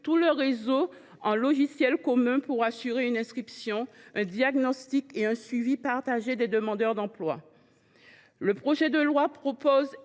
tout le réseau en logiciels communs pour assurer une inscription, un diagnostic et un suivi partagé des demandeurs d’emploi. Le projet de loi prévoit